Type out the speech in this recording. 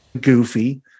goofy